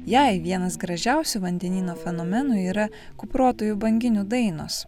jai vienas gražiausių vandenyno fenomenų yra kuprotųjų banginių dainos